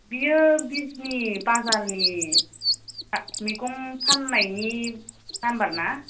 बियो बिजनी बाजारनि मैगं फान्नायनि नाम्बार ना